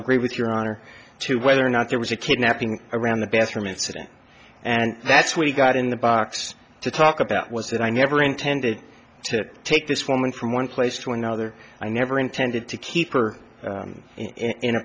agree with your honor to whether or not there was a kidnapping around the bathroom incident and that's what he got in the box to talk about was that i never intended to take this woman from one place to another i never intended to keep or in a